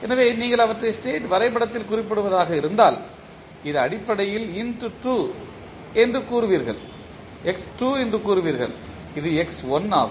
எனவே நீங்கள் அவற்றை ஸ்டேட் வரைபடத்தில் குறிப்பிடுவதாக இருந்தால் இது அடிப்படையில் x2 என்று கூறுவீர்கள் இது x1 ஆகும்